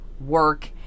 work